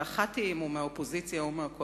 ואחת היא אם הוא מהאופוזיציה או מהקואליציה,